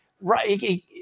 Right